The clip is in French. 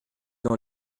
dans